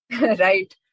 right